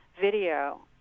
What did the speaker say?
video